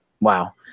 wow